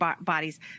bodies